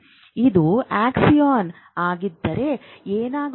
ಇದು ಆಕ್ಸಾನ್ ಆಗಿದ್ದರೆ ಏನಾಗುತ್ತದೆ